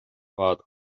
fad